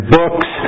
books